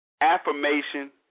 affirmation